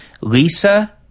Lisa